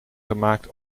gemaakt